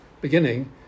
beginning